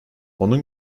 onun